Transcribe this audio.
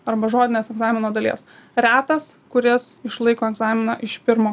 arba žodinės egzamino dalies retas kuris išlaiko egzaminą iš pirmo